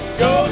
go